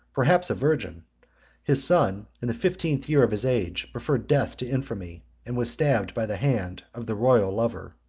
perhaps a virgin his son, in the fifteenth year of his age, preferred death to infamy, and was stabbed by the hand of the royal lover.